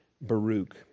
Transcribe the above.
Baruch